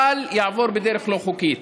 אבל יעבור בדרך לא חוקית,